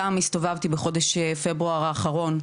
גם הסתובבתי בחודש פברואר האחרון,